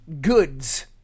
goods